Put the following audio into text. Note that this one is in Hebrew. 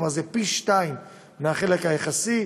כלומר זה פי שניים מהחלק היחסי.